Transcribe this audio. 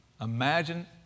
imagine